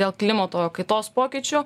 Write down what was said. dėl klimato kaitos pokyčių